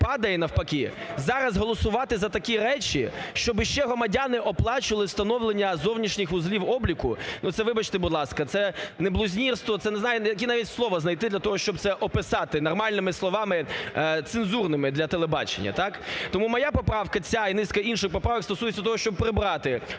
падає навпаки, зараз голосувати за такі речі, щоб і ще громадяни оплачували встановлення зовнішніх вузлів обліку, вибачте, будь ласка, це не блюзнірство, це, не знаю навіть яке слово знайти для того, щоб описати нормальними словами цензурними для телебачення, так. Тому моя поправка ця і низка інших поправок стосується того, щоб прибрати цю